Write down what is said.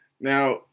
Now